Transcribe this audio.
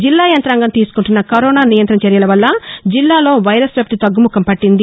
జిల్లా యంత్రాంగం తీసుకుంటున్న కరోనా నియంతణ చర్యల వల్ల జిల్లాలో వైరస్ వ్యాప్తి తగ్గముఖం పట్టింది